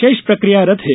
शेष प्रक्रियारत हैं